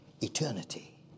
eternity